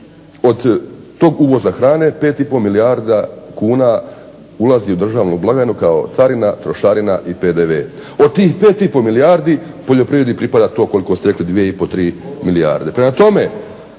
od tog uvoza hrane 5,5 milijardi kuna ulazi u državnu blagajnu kao carina, trošarina i PDV. Od tih 5,5 milijardi poljoprivredi pripada toliko koliko ste rekli 2,3, 3 milijarde.